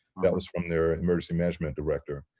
that was from their emergency management director.